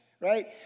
right